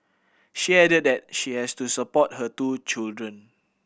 she added that she has to support her two children